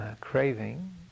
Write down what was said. craving